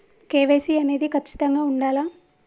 KYC అనేది ఖచ్చితంగా ఉండాలా?